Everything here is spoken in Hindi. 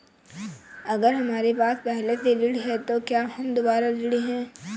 अगर हमारे पास पहले से ऋण है तो क्या हम दोबारा ऋण हैं?